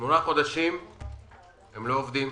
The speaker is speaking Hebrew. שמונה חודשים הם לא עובדים,